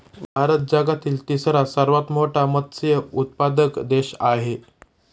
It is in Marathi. भारत जगातील तिसरा सर्वात मोठा मत्स्य उत्पादक देश आहे